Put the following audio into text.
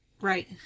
Right